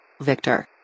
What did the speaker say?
Victor